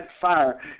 fire